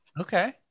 Okay